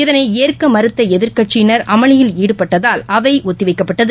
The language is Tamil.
இதனை ஏற்க மறுத்த எதிர்க்கட்சியினர் அமளியில் ஈடுபட்டதால் அவை ஒத்திவைக்கப்பட்டது